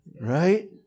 right